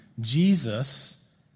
Jesus